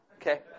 Okay